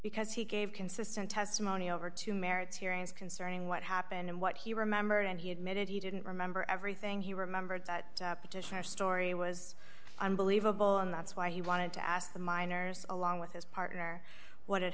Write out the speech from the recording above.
because he gave consistent testimony over two merits hearings concerning what happened and what he remembered and he admitted he didn't remember everything he remembered that petitioner story was unbelievable and that's why he wanted to ask the miners along with his partner what had